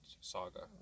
saga